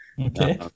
okay